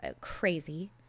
crazy